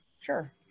Sure